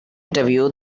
interview